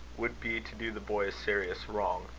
would be to do the boy a serious wrong.